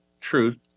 truth